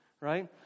right